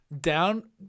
down